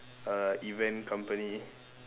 err event company